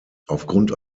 aufgrund